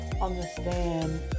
understand